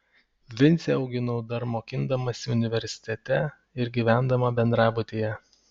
vincę auginau dar mokydamasi universitete ir gyvendama bendrabutyje